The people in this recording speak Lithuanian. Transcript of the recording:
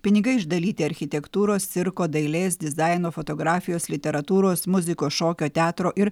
pinigai išdalyti architektūros cirko dailės dizaino fotografijos literatūros muzikos šokio teatro ir